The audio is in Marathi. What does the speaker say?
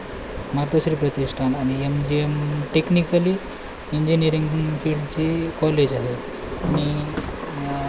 मातोश्री प्रतिष्ठान आणि M G M technically engineering फील्डची कॉलेज आहे आणि